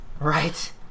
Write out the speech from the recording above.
Right